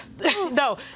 No